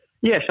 Yes